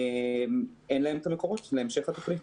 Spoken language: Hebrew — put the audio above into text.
אין לו מקורות מימון להמשך התוכנית.